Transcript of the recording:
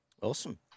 Awesome